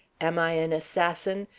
am i an assassin?